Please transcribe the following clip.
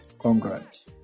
Congrats